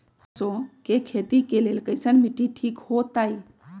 सरसों के खेती के लेल कईसन मिट्टी ठीक हो ताई?